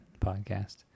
podcast